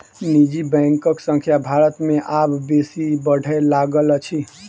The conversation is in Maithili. निजी बैंकक संख्या भारत मे आब बेसी बढ़य लागल अछि